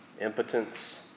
impotence